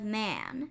man